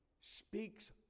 speaks